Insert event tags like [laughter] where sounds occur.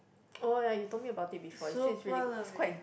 [noise] oh ya you told me about it before you say is really good is quite